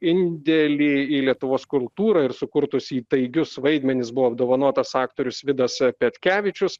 indėlį į lietuvos kultūrą ir sukurtus įtaigius vaidmenis buvo apdovanotas aktorius vidas petkevičius